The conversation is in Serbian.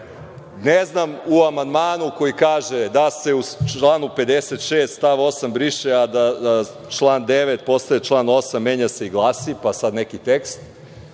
Ne znam u amandmanu koji kaže da se u članu 56. stav 8. briše, a da član 9. postaje član 8, menja se i glasi, pa sada neki tekst